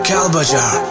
Kalbajar